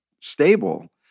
stable